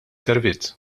servizz